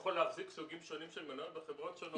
יכול להחזיק סוגים שונים של מניות בחברות שונות.